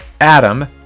adam